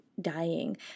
dying